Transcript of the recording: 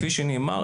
כפי שנאמר,